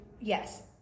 yes